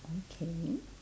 okay